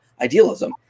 idealism